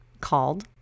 called